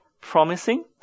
promising